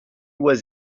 was